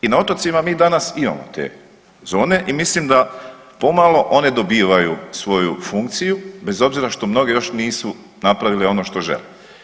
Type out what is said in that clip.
I na otocima mi danas imamo te zone i mislim da pomalo one dobivaju svoju funkciju, bez obzira što mnogi još nisu napravili ono što žele.